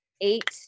eight